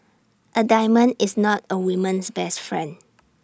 A diamond is not A woman's best friend